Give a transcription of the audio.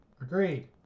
Agreed